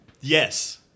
yes